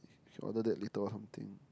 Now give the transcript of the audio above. we should order that later or something